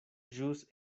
ĵus